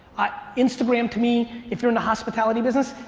instagram to me, if you're in the hospitality business,